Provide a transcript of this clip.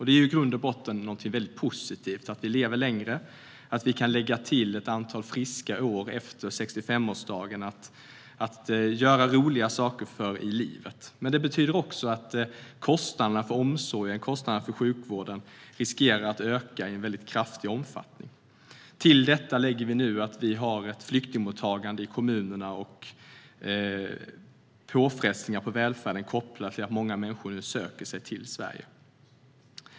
Det är i grund och botten någonting väldigt positivt att vi lever länger och kan lägga till ett antal friska år efter 65-årsdagen för att göra roliga saker i livet. Men det betyder också att kostnaderna för omsorgen och sjukvården riskerar att öka i en väldigt kraftig omfattning. Till detta lägger vi nu att vi har ett flyktingmottagande i kommunerna och påfrestningar på välfärden kopplat till att många människor nu söker sig till Sverige.